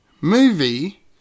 movie